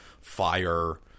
fire